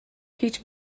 هیچ